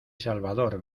salvador